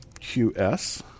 QS